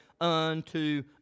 unto